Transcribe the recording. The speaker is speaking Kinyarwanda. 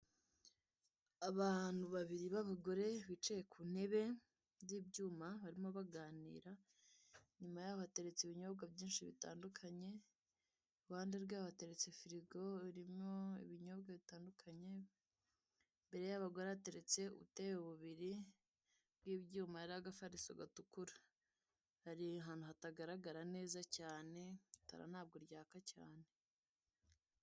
Abantu babiri b'abagore bicaye ku ku ntebe z'ibyuma barimo baganira inyuma yabo hatertse ibinyobwa byinshi bitandukanye iruhande rwabo hateretse firigo irimo ibinyobwa bitandukanye imbere y'abagore hateretse ubutebe bubiri bw'ibyuma hariho agafariso gatukura hari ahantu hatagaragara neza cyane itara ntabwo ryaka cyane.